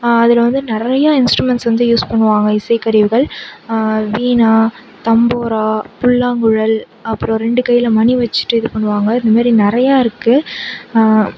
அதில் வந்து நிறைய இன்ஸ்ட்ருமென்ட்ஸ் வந்து யூஸ் பண்ணுவாங்க இசை கருவிகள் வீணை தம்பூரா புல்லாங்குழல் அப்புறம் ரெண்டு கையில் மணி வச்சுட்டு இது பண்ணுவாங்க இது மாதிரி நிறையாருக்கு